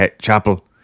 Chapel